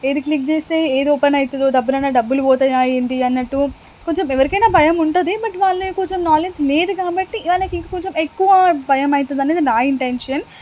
ఏది క్లిక్ చేస్తే ఏది ఓపెన్ అవుతుందో డబ్బులన్నా డబ్బులు పోతాయా ఏంటి అన్నట్టు కొంచెం ఎవరికైనా భయం ఉంటుంది బట్ వాళ్ళని కొంచెం నాలెడ్జ్ లేదు కాబట్టి వాళ్ళకి ఇంకొంచెం ఎక్కువ భయం అవుతుంది అనేది నా ఇంటెన్షన్